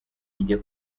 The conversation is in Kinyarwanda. ijya